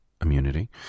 immunity